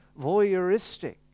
voyeuristic